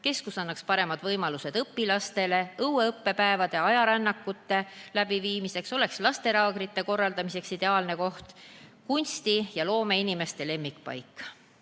Keskus annaks paremad võimalused õpilastele õuesõppepäevade ja ajarännakute läbiviimiseks, oleks lastelaagrite korraldamiseks ideaalne koht, kunsti- ja loomeinimeste lemmikpaik.